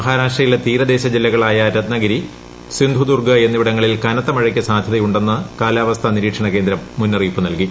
മഹാരാഷ്ട്രയിലെ തീരദേശജില്ലകളായ രത്നഗിരി സിന്ധുദുർഗ്ഗ് എന്നിവിടങ്ങളിൽ കനത്ത മഴയ്ക്ക് സാധ്യതയുണ്ടെന്ന് കാലാവസ്ഥാ നിരീക്ഷണകേന്ദ്രം മുന്നറിയിപ്പ് നൽകി